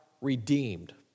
redeemed